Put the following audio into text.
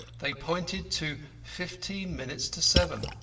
they pointed to fifteen minutes to seven.